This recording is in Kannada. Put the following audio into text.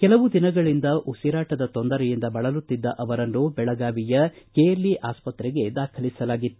ಕೆಲವು ದಿನಗಳಿಂದ ಉಸಿರಾಟದ ತೊಂದರೆಯಿಂದ ಬಳಲುತ್ತಿದ್ದ ಅವರನ್ನು ಬೆಳಗಾವಿಯ ಕೆಎಲ್ಇ ಆಸ್ತತ್ರೆಗೆ ದಾಖಲಿಸಲಾಗಿತ್ತು